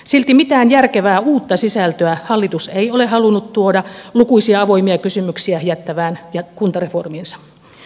silti mitään järkevää uutta sisältöä hallitus ei ole halunnut tuoda lukuisia avoimia kysymyksiä jättävään kuntareformiinsa